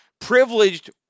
privileged